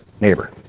neighbor